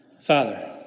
Father